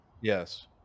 Yes